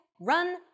run